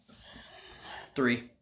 Three